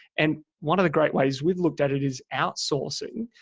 and one of the great ways we've looked at it is outsourcing.